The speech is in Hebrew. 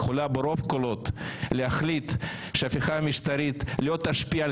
יכולה ברוב קולות להחליט שההפיכה המשטרית לא תשפיע על